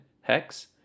Hex